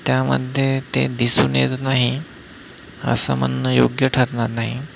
त्यामध्ये ते दिसून येत नाही असं म्हणणं योग्य ठरणार नाही